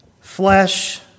flesh